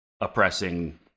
oppressing